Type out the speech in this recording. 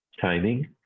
timing